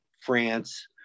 France